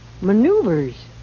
Maneuvers